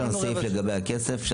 יש לנו סעיף לגבי הכסף?